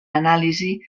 anàlisi